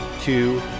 Two